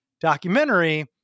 documentary